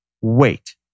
wait